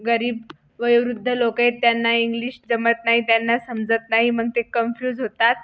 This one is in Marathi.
गरीब वयोवृद्ध लोक आहेत त्यांना इंग्लिश जमत नाही त्यांना समजत नाही मग ते कन्फ्यूज होतात